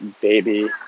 baby